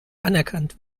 anerkannt